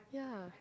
yeah